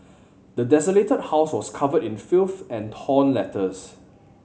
the desolated house was covered in filth and torn letters